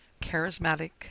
charismatic